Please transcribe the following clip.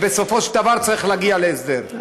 ובסופו של דבר צריך להגיע להסדר.